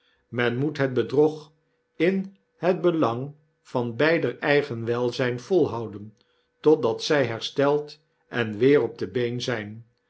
men moet het bedrog in het belang van beider eigen welzyn volhouden totdat zij hersteld en weer op de been zyn